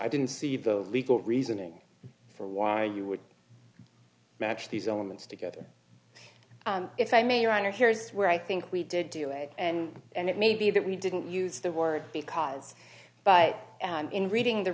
i didn't see the legal reasoning for why you would match these elements together and if i may your honor here's where i think we did do it and and it may be that we didn't use the word because but in reading the